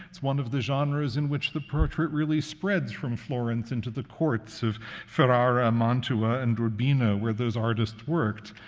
it's one of the genres in which the portrait really spreads from florence into the courts of ferrara, mantua, and urbino, where those artists worked.